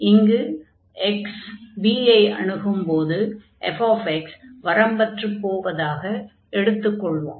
இங்கு x b ஐ அணுகும்போது fx வரம்பற்றுப் போவதாக எடுத்துக் கொள்வோம்